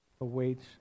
awaits